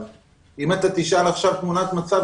אבל אם אתה תשאל עכשיו תמונת מצב,